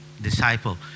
disciple